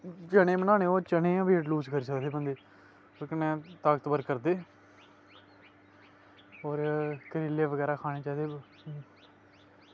चनें बनाने होन चनें गै वेट लूज़ करी सकदे बंदे दा ते कन्ने ताकतबर करदे होर करेले बगैरा खाने चाही दे